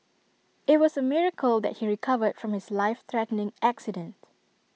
IT was A miracle that he recovered from his life threatening accident